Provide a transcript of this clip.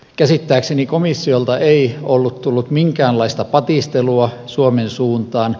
käsittääkseni komissiolta ei ollut tullut minkäänlaista patistelua suomen suuntaan